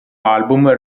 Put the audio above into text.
album